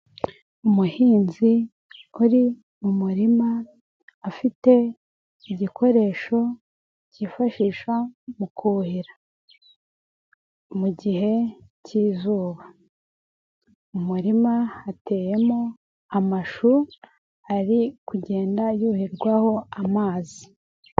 Umuhinzi uri mu murima afite igikoresho kifashisha mu kuhira mu gihe k'izuba, mu murima hateyemo amashu ari kugenda yuhirwaho amazi.